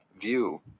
view